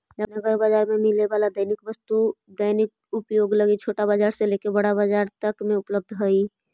नगर बाजार में मिले वाला दैनिक वस्तु दैनिक उपयोग लगी छोटा बाजार से लेके बड़ा बाजार तक में उपलब्ध हई